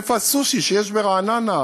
איפה הסושי שיש ברעננה?